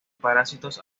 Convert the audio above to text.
parásitos